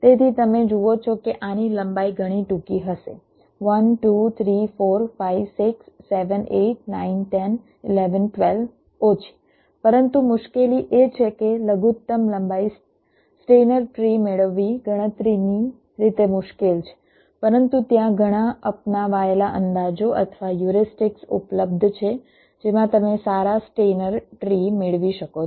તેથી તમે જુઓ છો કે આની લંબાઈ ઘણી ટૂંકી હશે 1 2 3 4 5 6 7 8 9 10 11 12 ઓછી પરંતુ મુશ્કેલી એ છે કે લઘુત્તમ લંબાઈ સ્ટેઈનર ટ્રી મેળવવી ગણતરીની રીતે મુશ્કેલ છે પરંતુ ત્યાં ઘણા અપનાવાયેલા અંદાજો અથવા હ્યુરિસ્ટિક્સ ઉપલબ્ધ છે જેમાં તમે સારા સ્ટેઈનર ટ્રી મેળવી શકો છો